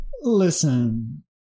listen